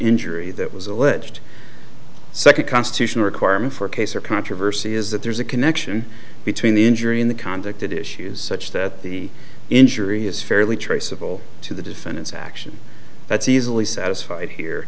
injury that was alleged second constitutional requirement for a case or controversy is that there's a connection between the injury and the conduct and issues such that the injury is fairly traceable to the defendant's action that's easily satisfied here